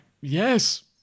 Yes